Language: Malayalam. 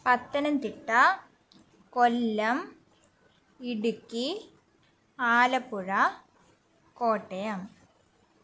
പത്തനംതിട്ട കൊല്ലം ഇടുക്കി ആലപ്പുഴ കോട്ടയം